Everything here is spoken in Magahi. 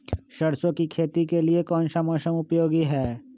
सरसो की खेती के लिए कौन सा मौसम उपयोगी है?